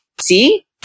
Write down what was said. see